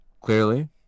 clearly